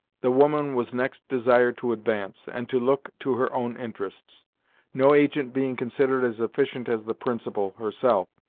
the woman was next desired to advance, and to look to her own interests no agent being considered as efficient as the principal, herself,